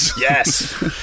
Yes